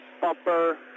bumper